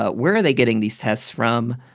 ah where are they getting these tests from?